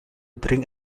drink